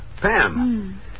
Pam